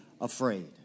afraid